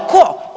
Tko?